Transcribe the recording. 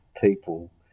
people